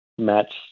match